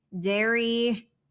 dairy